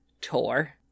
tour